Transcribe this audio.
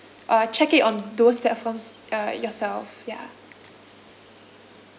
uh check it on those platforms uh yourself ya